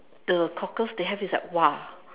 the cockles they have is like !wah!